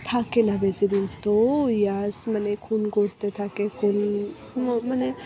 থাকে না বেশিদিন তো যশ মানে খুন করতে থাকে খুন মানে